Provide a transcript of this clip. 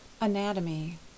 Anatomy